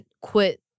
quit